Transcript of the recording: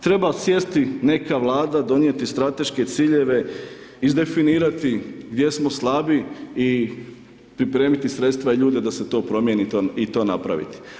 Treba sjesti neka Vlada, donijeti strateške ciljeve, izdefinirati gdje smo slabi i pripremiti sredstva i ljude da se to promijeni i to napraviti.